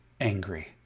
angry